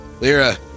Lyra